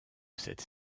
cette